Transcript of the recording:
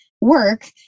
work